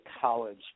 college